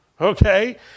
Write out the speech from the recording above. okay